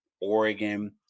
Oregon